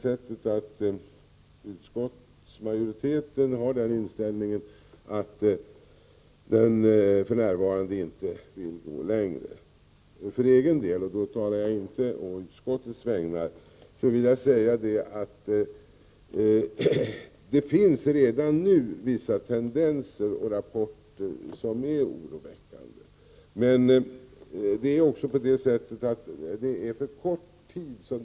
Utskottsmajoritetens inställning är att den för närvarande inte vill gå längre. För egen del — och då talar jag inte å utskottets vägnar — vill jag säga att det redan nu finns vissa tendenser och rapporter som är oroväckande.